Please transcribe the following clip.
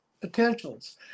potentials